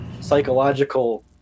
psychological